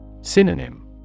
Synonym